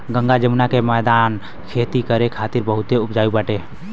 गंगा जमुना के मौदान खेती करे खातिर बहुते उपजाऊ बाटे